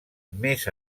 més